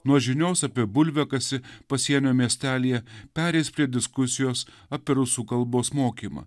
nuo žinios apie bulviakasį pasienio miestelyje pereis prie diskusijos apie rusų kalbos mokymą